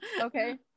Okay